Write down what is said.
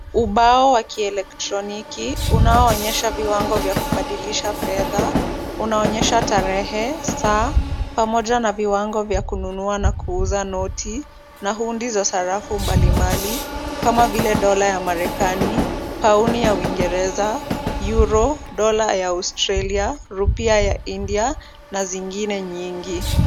Ubao wa kieletroniki unaoonyesha viwango vya kubadilisha fedha unaonyesha tarehe, saa pamoja na viwango vya kununua na kuuza noti na hundi za sarafu mbalimbali kama vile dola ya marekani, pauni ya uingereza, euro, dola ya Australia, Rupia ya India na zingine nyingi.